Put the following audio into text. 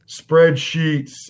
spreadsheets